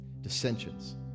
dissensions